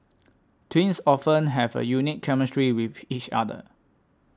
twins often have a unique chemistry with each other